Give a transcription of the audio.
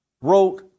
wrote